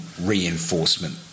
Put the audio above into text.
reinforcement